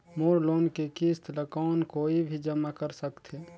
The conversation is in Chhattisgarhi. मोर लोन के किस्त ल कौन कोई भी जमा कर सकथे?